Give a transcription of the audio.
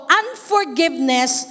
unforgiveness